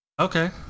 Okay